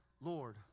Lord